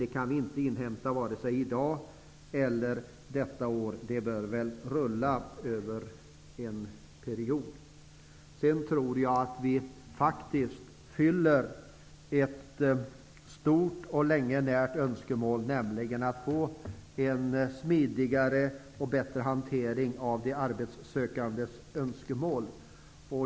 Den kan vi inte inhämta vare sig i dag eller detta år. Verksamheten bör väl rulla över en period. Jag tror att vi faktiskt fyller ett stort och länge närt behov, nämligen att få en smidigare och bättre hantering av de arbetssökandes önskemål.